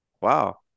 Wow